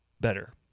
better